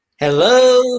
Hello